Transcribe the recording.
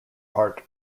part